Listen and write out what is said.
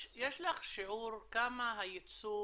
יש לך שיעור כמה היצוא